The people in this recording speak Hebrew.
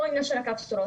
כל העניין של הקפסולות.